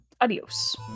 Adios